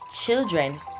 children